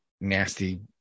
nasty